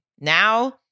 now